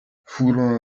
furono